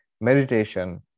Meditation